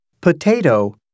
Potato